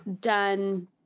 done